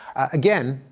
again,